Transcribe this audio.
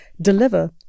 deliver